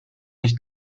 nicht